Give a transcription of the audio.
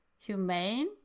humane